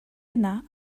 yna